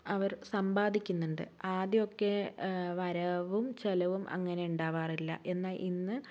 അവർ സമ്പാദിക്കുന്നുണ്ട് ആദ്യമൊക്കെ വരവും ചിലവും അങ്ങനെ ഉണ്ടാവാറില്ല എന്നാൽ ഇന്ന്